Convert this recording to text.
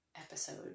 episode